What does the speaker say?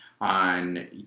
on